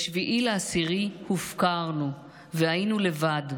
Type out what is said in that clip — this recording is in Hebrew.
ב-7 באוקטובר הופקרנו והיינו לבד.